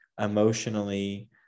emotionally